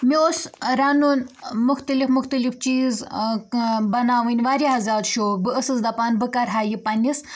مےٚ اوس رَنُن مُختلِف مختلِف چیٖز بَناوٕنۍ واریاہ زیادٕ شوق بہٕ ٲسٕس دَپان بہٕ کَرٕ ہا یہِ پنٕنِس